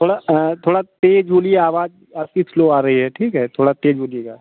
थोड़ा थोड़ा तेज़ बोलिए आवाज़ आपकी स्लो आ रही है ठीक है थोड़ा तेज़ बोलिएगा